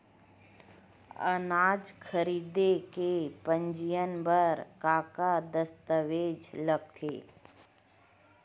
अनाज खरीदे के पंजीयन बर का का दस्तावेज लगथे?